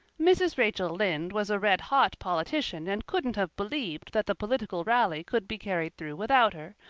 mrs. rachel lynde was a red-hot politician and couldn't have believed that the political rally could be carried through without her,